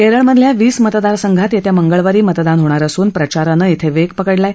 केरळमधल्या वीस मतदारसंघात येत्या मंगळवारी मतदान होणार असून प्रचारानं वेग पकडला आहे